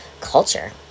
culture